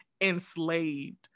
enslaved